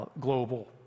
global